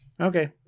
Okay